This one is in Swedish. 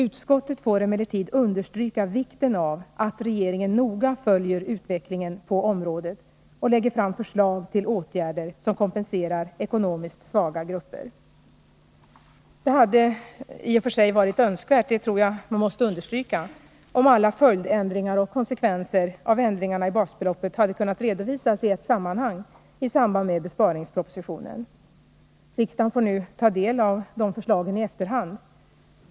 Utskottet får emellertid understryka vikten av att regeringen noga följer utvecklingen på området och lägger fram förslag till åtgärder som kompenserar ekonomiskt svaga grupper.” Det hade i och för sig varit önskvärt — det tror jag man måste understryka — om alla följdändringar och konsekvenser av ändringarna i basbeloppet hade kunnat redovisas i ett sammanhang i samband med besparingspropositionen. Riksdagen får nu ta del av de förslagen i efterhand.